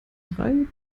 drei